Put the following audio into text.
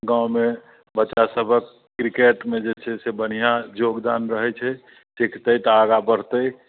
गावँ मे बच्चा सबहक क्रिकेटमे जे छै से बढ़िआँ जोगदान रहैत छै तै क्रिकेट आगाँ बढ़तै